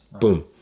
boom